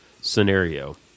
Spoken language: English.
scenario